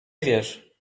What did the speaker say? wiesz